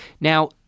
Now